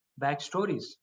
backstories